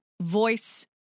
Voice